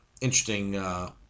interesting